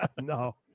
no